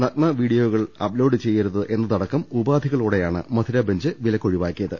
നഗ്നവീഡിയോകൾ upload ചെയ്യ രുത് എന്നതടക്കം ഉപാധികളോടെയാണ് മധുരബെഞ്ച് വിലക്ക് ഒഴിവാ ക്കിയത്